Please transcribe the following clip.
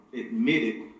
admitted